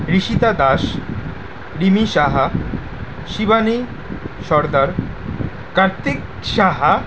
Rishita Das Rimi Saha Shivani Sardar Kartik Saha